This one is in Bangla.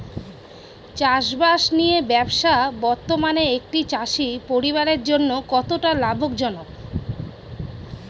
চাষবাষ নিয়ে ব্যবসা বর্তমানে একটি চাষী পরিবারের জন্য কতটা লাভজনক?